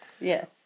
Yes